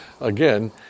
again